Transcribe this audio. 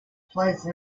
place